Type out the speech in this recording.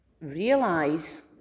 realize